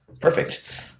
perfect